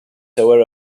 vuelve